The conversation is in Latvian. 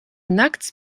nakts